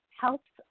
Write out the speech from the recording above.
helps